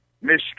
Michigan